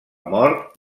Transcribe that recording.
mort